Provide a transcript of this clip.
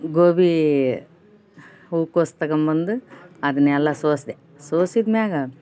ಗೋಬಿ ಹೂಕೋಸು ತಗಂಬಂದು ಅದನ್ನೆಲ್ಲ ಸೋಸಿದೆ ಸೋಸಿದ ಮ್ಯಾಗೆ